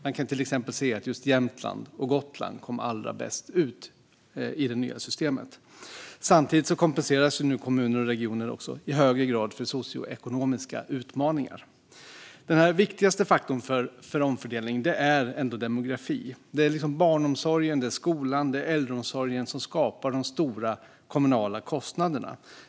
Man kan se att till exempel Jämtland och Gotland kom allra bäst ut i det nya systemet. Samtidigt kompenseras nu kommuner och regioner i högre grad för socioekonomiska utmaningar. Den viktigaste faktorn för omfördelning är demografi. Det är barnomsorgen, skolan och äldreomsorgen som skapar de stora kommunala kostnaderna.